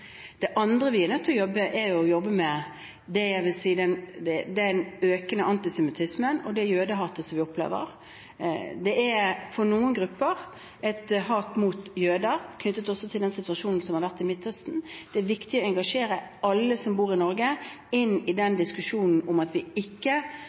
å gjøre, er å jobbe med den økende antisemittismen og det jødehatet som vi opplever. Det er i noen grupper et hat mot jøder, også knyttet til den situasjonen som har vært i Midtøsten. Det er viktig å engasjere og få med alle som bor i Norge, inn i diskusjonen om at vi ikke